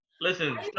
Listen